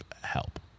help